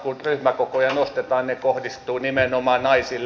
kun ryhmäkokoja nostetaan ne kohdistuvat nimenomaan naisille